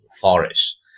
forest